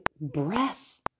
breath